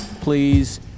please